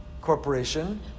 corporation